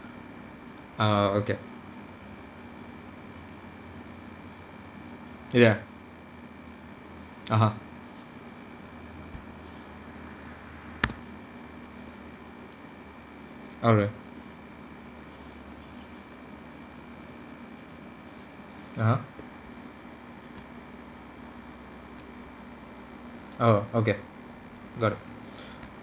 (uh huh) okay ya (uh huh) okay (uh huh) oh okay got it